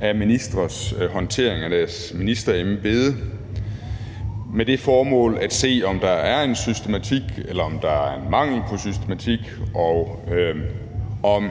af ministres håndtering af deres ministerembede, med det formål at se, om der er en systematik, eller om der er en mangel på systematik, og om